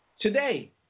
today